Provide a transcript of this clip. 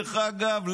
דרך אגב,